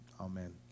Amen